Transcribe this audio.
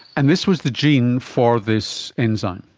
and this was the gene for this enzyme?